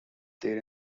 there